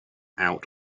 out